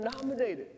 nominated